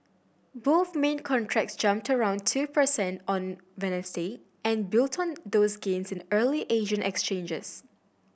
both main contracts jumped around two percent on Wednesday and built on those gains in early Asian exchanges